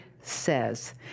says